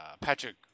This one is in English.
Patrick